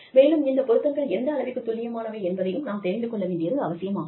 மேலும் இந்த பொருத்தங்கள் எந்தளவிற்கு துல்லியமானவை என்பதையும் நாம் தெரிந்து கொள்ள வேண்டியது அவசியமாகும்